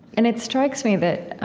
and it strikes me that